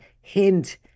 hint